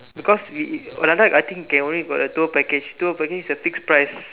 because we we oh ladakh I think can only got the tour package tour package is a fixed price